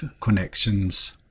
connections